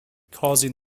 causing